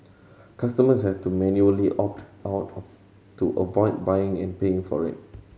customers had to manually opt out of to avoid buying and paying for it